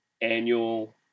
annual